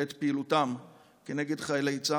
בעת פעילותם נגד חיילי צה"ל.